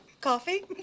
Coffee